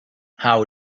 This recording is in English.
how